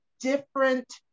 different